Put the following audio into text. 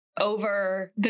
over